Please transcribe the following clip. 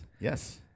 Yes